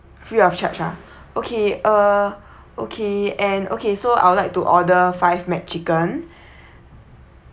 free of charge ah okay uh okay and okay so I would like to order five mac chicken